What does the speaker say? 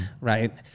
right